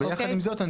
ויחד עם זאת,